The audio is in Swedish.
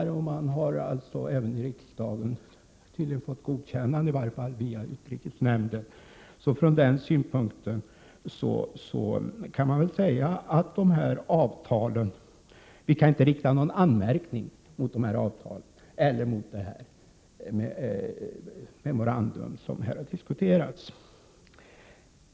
De har tydligen även fått godkänt av riksdagen, i varje fall via utrikesnämnden, så från den synpunkten kan man väl säga att det inte kan riktas någon anmärkning mot de här avtalen eller mot det memorandum som här har diskuterats.